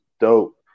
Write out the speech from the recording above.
dope